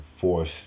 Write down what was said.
force